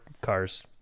cars